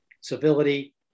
civility